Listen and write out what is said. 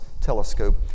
telescope